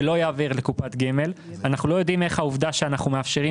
ולא יעביר לקופת גמל - אנחנו לא יודעים איך העובדה שאנחנו מאפשרים